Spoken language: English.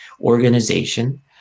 organization